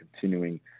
continuing